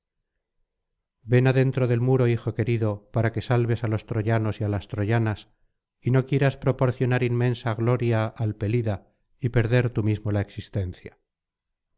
ven adentro del muro hijo querido para que salves á los troyanos y á las troyanas y no quieras proporcionar inmensa gloria al pelida y perder tú mismo la existencia